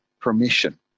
permission